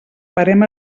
parem